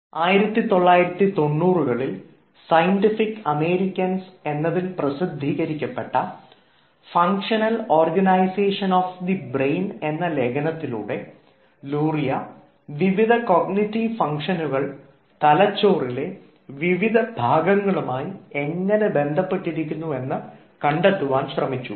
1990 കളിൽ scientific Americans എന്നതിൽ പ്രസിദ്ധീകരിക്കപ്പെട്ട functional organisation of the brain എന്ന ലേഖനത്തിലൂടെ ലൂറിയ വിവിധ കോഗ്നിറ്റീവ് ഫംഗ്ഷനുകൾ തലച്ചോറിലെ വിവിധ ഭാഗങ്ങളുമായി എങ്ങനെ ബന്ധപ്പെട്ടിരിക്കുന്നു എന്ന് കണ്ടെത്തുവാൻ ശ്രമിച്ചു